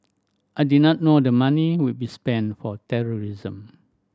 I did not know the money would be spent for terrorism